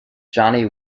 johnny